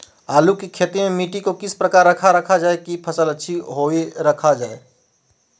आलू की खेती में मिट्टी को किस प्रकार रखा रखा जाए की फसल अच्छी होई रखा जाए?